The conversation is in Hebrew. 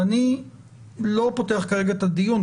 ואני לא פותח כרגע את הדיון,